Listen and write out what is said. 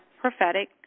prophetic